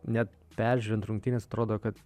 net peržiūrint rungtynes atrodo kad